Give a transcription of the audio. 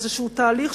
איזה תהליך,